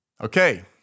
Okay